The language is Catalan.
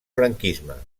franquisme